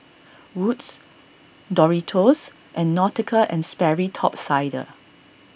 Wood's Doritos and Nautica and Sperry Top Sider